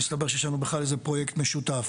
מסתבר שיש לנו בכלל איזה פרויקט משותף,